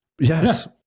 Yes